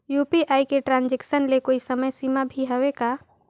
UPI के transaction ले कोई समय सीमा भी हवे का?